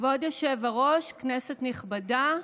כבוד היושב-ראש, כנסת נכבדה,